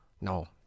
No